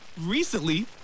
recently